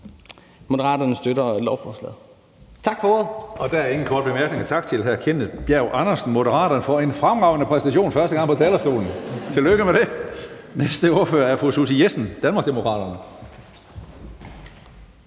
Tredje næstformand (Karsten Hønge): Der er ingen korte bemærkninger. Tak til hr. Kenneth Bjerg Andersen, Moderaterne, for en fremragende præstation første gang på talerstolen. Tillykke med det. Næste ordfører er fru Susie Jessen, Danmarksdemokraterne.